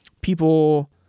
people